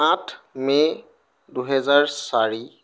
আঠ মে' দুহেজাৰ চাৰি